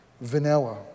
vanilla